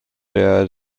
der